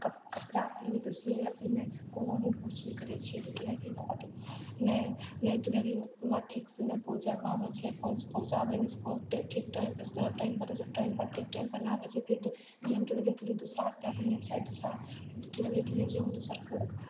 कपड़ा किनी तऽ सियाइए अयलै कोनो भी किछु भी करै छियै तऽ डिलेवरीवला एतेक नहि नहि डिलेवरीवला ठीकसँ नहि पहुँचा पाबै छै पहुँच पहुँचाबै नहि छै पहुँ ठीक टाइमपर टाइमपर टाइमपर ठीक टाइमपर नहि आबै छै फिर जहन डिलेवरीके लिए दुसरा आदमी छै दुसरा डिलेवरीके लिए जे ओ दोसरका